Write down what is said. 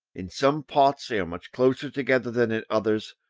in some parts they are much closer together than in others,